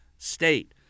state